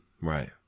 Right